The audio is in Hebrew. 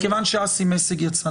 מכיוון שאסי מסינג יצא,